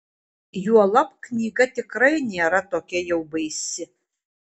juolab knyga tikrai nėra tokia jau baisi